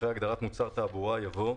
אחרי הגדרת "מוצר תעבורה" יבוא: